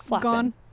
gone